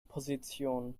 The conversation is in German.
position